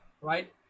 right